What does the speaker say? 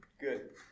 Good